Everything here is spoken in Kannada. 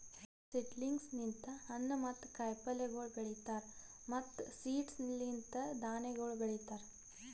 ಸೀಡ್ಲಿಂಗ್ಸ್ ಲಿಂತ್ ಹಣ್ಣು ಮತ್ತ ಕಾಯಿ ಪಲ್ಯಗೊಳ್ ಬೆಳೀತಾರ್ ಮತ್ತ್ ಸೀಡ್ಸ್ ಲಿಂತ್ ಧಾನ್ಯಗೊಳ್ ಬೆಳಿತಾರ್